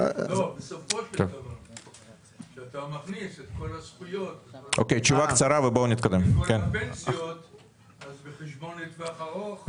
אתה מכניס את כל הזכויות והפנסיה ועושדה חשבון לטווח ארוך.